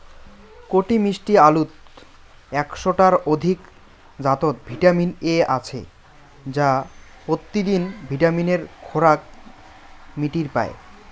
কটি মিষ্টি আলুত একশ টার অধিক জাতত ভিটামিন এ আছে যা পত্যিদিন ভিটামিনের খোরাক মিটির পায়